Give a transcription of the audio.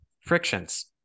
frictions